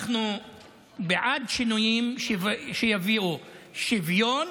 אנחנו בעד שינויים שיביאו שוויון